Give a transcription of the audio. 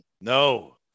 No